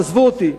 תעזבו אותי.